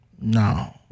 No